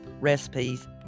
recipes